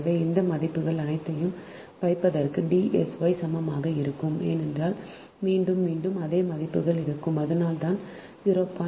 எனவே இந்த மதிப்புகள் அனைத்தையும் வைப்பதற்கு D s y சமமாக இருக்கும் ஏனெனில் மீண்டும் மீண்டும் அதே மதிப்புகள் இருக்கும் அதனால்தான் 0